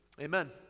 Amen